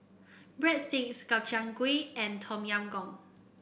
Breadsticks Gobchang Gui and Tom Yam Goong